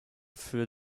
für